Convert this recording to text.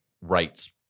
rights